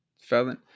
felon